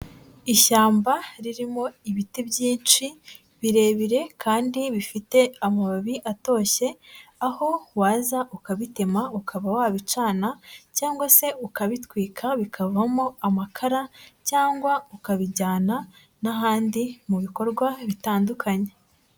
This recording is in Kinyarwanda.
Ishyamba ririmo ibiti byinshi birebire kandi bifite amababi atoshye, aho waza ukabitema, ukaba wabicana cyangwa se ukabitwika bikavamo amakara, cyangwa ukabijyana n'ahandi mu bikorwa bitandukanye.